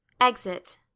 exit